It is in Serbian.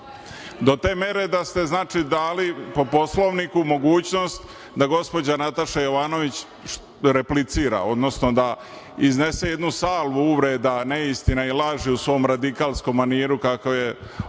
Do te mere da ste, znači, dali, po Poslovniku, mogućnost da gospođa Nataša Jovanović replicira, odnosno da iznese jednu salvu uvreda, neistina i laži u svom radikalskom maniru, kako je ona,